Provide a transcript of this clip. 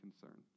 concern